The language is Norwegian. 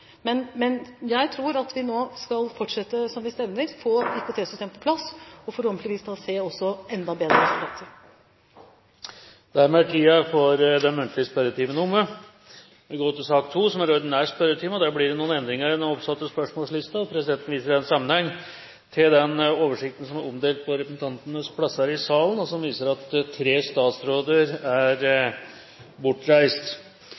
Jeg tror at vi nå skal fortsette som vi stevner, få IKT-systemet på plass og forhåpentligvis da også se enda bedre tilfredshet. Dermed er den muntlige spørretimen omme. Det blir noen endringer i den oppsatte spørsmålslisten. Presidenten viser i den sammenheng til den oversikt som er omdelt på representantenes plasser i salen. De foreslåtte endringene foreslås godkjent. – Det anses vedtatt. Endringene var som